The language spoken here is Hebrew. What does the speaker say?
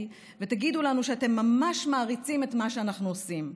ותגידו לנו שאתם ממש מעריצים את מה שאנחנו עושים.